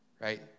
Right